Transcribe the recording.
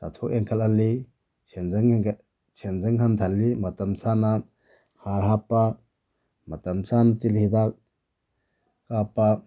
ꯆꯥꯊꯣꯛ ꯍꯦꯟꯀꯠ ꯍꯜꯂꯤ ꯁꯦꯟꯖꯪ ꯍꯟꯊꯍꯜꯂꯤ ꯃꯇꯝ ꯆꯥꯅ ꯍꯥꯔ ꯍꯥꯞꯄ ꯃꯇꯝ ꯆꯥꯅ ꯇꯤꯜ ꯍꯤꯗꯥꯛ ꯀꯥꯞꯄ